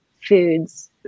foods